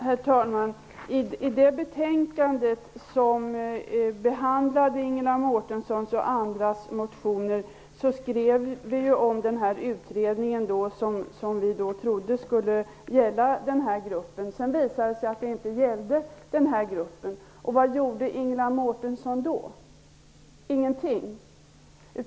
Herr talman! I det betänkande som behandlar Ingela Mårtenssons och andras motioner skrev vi om den utredning som vi trodde skulle gälla denna grupp. Sedan visade det sig att den inte gällde denna grupp. Vad gjorde Ingela Mårtensson då? Ingenting.